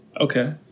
Okay